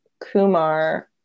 kumar